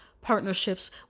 partnerships